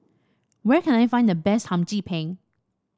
where can I find the best Hum Chim Peng